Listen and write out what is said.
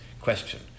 question